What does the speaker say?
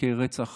תיקי רצח